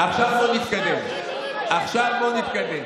עכשיו, בואו נתקדם.